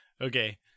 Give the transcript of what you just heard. okay